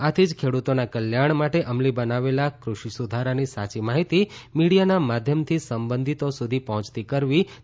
આથી જ ખેડૂતોના કલ્યાણ માટે અમલી બનાવેલા કૃષિ સુધારાની સાચી માહિતી મીડિયાના માધ્યમથી સંબંધિતો સુધી પહોંચતી કરવી તે આપણી ફરજ છે